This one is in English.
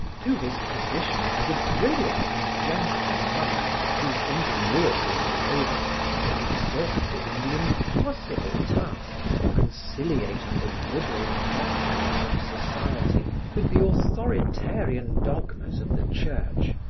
to his position as a brilliant and gentle monk whose ingenuity and labors had been exhausted in the impossible task of conciliating the liberal doctrines of society with the authoritarian dogmas of the church,